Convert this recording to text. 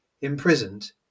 imprisoned